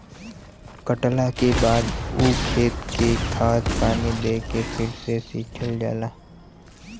कटला के बाद ऊ खेत के खाद पानी दे के फ़िर से सिंचल जाला